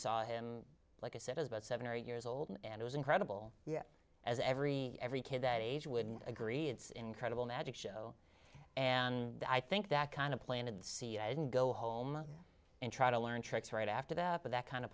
saw him like a set about seven or eight years old and it was incredible yet as every every kid that age would agree it's incredible magic show and i think that kind of planted see i didn't go home and try to learn tricks right after that but that kind